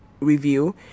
review